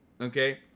Okay